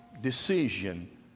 decision